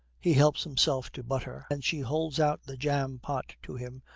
he helps himself to butter, and she holds out the jam pot to him,